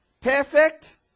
perfect